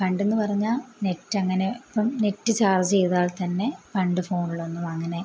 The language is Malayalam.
പണ്ടെന്ന് പറഞ്ഞാൽ നെറ്റങ്ങനെ ഇപ്പം നെറ്റ് ചാർജ് ചെയ്താൽ തന്നെ പണ്ട് ഫോണിലൊന്നും അങ്ങനെ